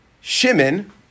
Shimon